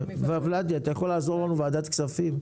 ולדימיר, אתה יכול לעזור לנו בוועדת כספים?